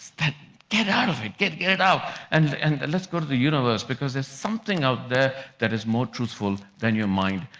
get out of it, get get it out. and and let's go to the universe because there's something out there that is more truthful than your mind,